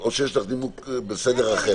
או שיש לך נימוק בסדר אחר.